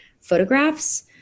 photographs